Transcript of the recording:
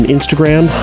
Instagram